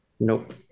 Nope